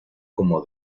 como